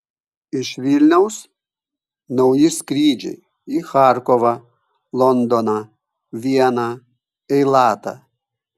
iš vilniaus nauji skrydžiai į charkovą londoną vieną eilatą